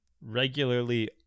regularly